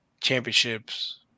championships